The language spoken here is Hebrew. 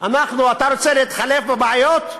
אתה רוצה להתחלף בבעיות?